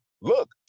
look